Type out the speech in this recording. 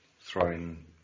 throwing